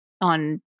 on